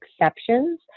exceptions